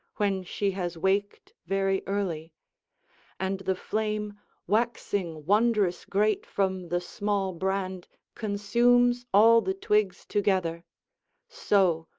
when she has waked very early and the flame waxing wondrous great from the small brand consumes all the twigs together so,